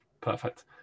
perfect